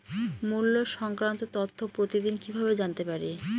মুল্য সংক্রান্ত তথ্য প্রতিদিন কিভাবে জানতে পারি?